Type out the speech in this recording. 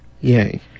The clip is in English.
Yay